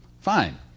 fine